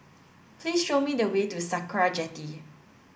please show me the way to Sakra Jetty